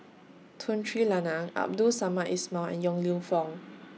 Tun Sri Lanang Abdul Samad Ismail and Yong Lew Foong